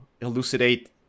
elucidate